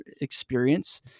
experience